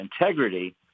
Integrity